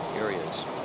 areas